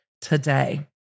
today